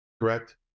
correct